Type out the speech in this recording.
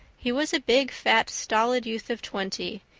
he was a big, fat, stolid youth of twenty,